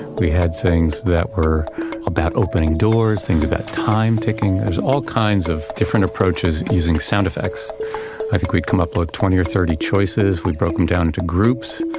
we had things that were about opening doors, things about time ticking. there was all kinds of different approaches using sound effects i think we'd come up with twenty or thirty choices, we broke them down into groups,